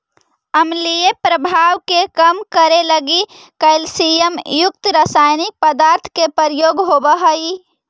अम्लीय प्रभाव के कम करे लगी कैल्सियम युक्त रसायनिक पदार्थ के प्रयोग होवऽ हई